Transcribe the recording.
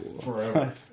Forever